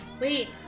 Wait